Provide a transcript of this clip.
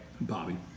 Bobby